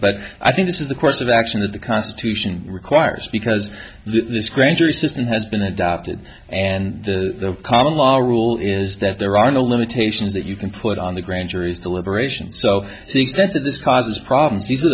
but i think this is the course of action that the constitution requires because this grand jury system has been adopted and the common law rule is that there are no limitations that you can put on the grand jury's deliberations so the extent of this causes problems